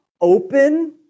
open